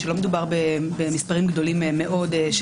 שלא מדובר במספרים גדולים מאוד.